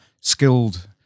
skilled